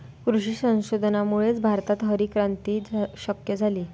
कृषी संशोधनामुळेच भारतात हरितक्रांती शक्य झाली